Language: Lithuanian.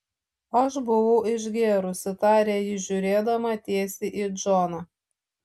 aš buvau išgėrusi tarė ji žiūrėdama tiesiai į džoną